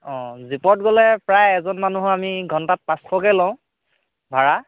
অ' জীপত গ'লে প্ৰায় এজন মানুহৰ আমি ঘণ্টাত পাঁচশকৈ লওঁ ভাড়া